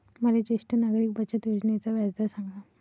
मले ज्येष्ठ नागरिक बचत योजनेचा व्याजदर सांगा